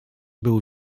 był